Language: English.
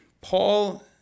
Paul